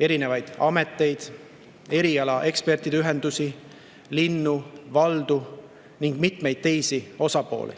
erinevaid ameteid, erialaekspertide ühendusi, linnu, valdu ning mitmeid teisi osapooli.